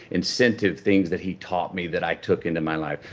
incentive things that he taught me that i took into my life.